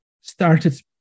started